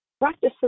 Practice